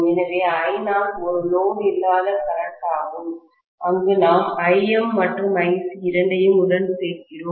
எனவே I0 ஒரு load இல்லாத கரன்ட் ஆகும் அங்கு நாம் Im மற்றும் IC இரண்டையும் உடன் சேர்க்கிறோம்